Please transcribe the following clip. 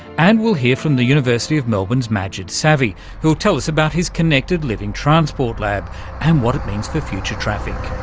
and we'll hear from the university of melbourne's majid sarvi who'll tell us about his connected living transport lab and what it means for future traffic.